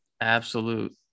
absolute